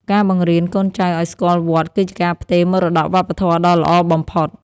ការបង្រៀនកូនចៅឱ្យស្គាល់វត្ត គឺជាការផ្ទេរមរតកវប្បធម៌ដ៏ល្អបំផុត។